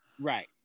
Right